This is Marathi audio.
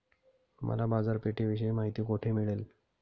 मला बाजारपेठेविषयी माहिती कोठे मिळेल?